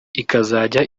ikazajya